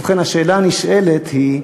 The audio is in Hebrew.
ובכן, השאלה הנשאלת היא,